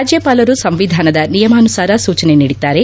ರಾಜ್ಯಪಾಲರು ಸಂವಿಧಾನದ ನಿಯಾಮಾನುಸಾರ ಸೂಚನೆ ನೀಡಿದ್ದಾರೆ